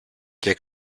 και